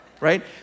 right